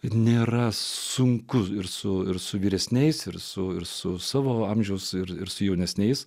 nėra sunkus ir su ir su vyresniais ir su ir su savo amžiaus ir ir su jaunesniais